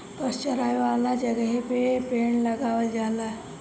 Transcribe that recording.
पशु चरावे वाला जगहे पे पेड़ लगावल जाला